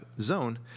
zone